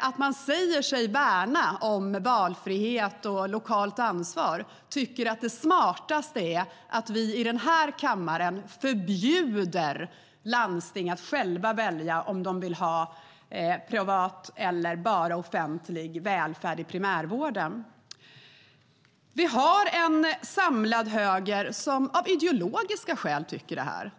att man säger sig värna valfrihet och lokalt ansvar tycker att det smartaste är att vi i den här kammaren förbjuder landsting att själva välja om de vill ha privat eller bara offentlig välfärd i primärvården. Vi har en samlad höger som av ideologiska skäl tycker detta.